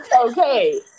Okay